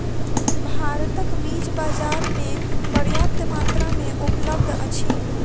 भारतक बीज बाजार में पर्याप्त मात्रा में उपलब्ध अछि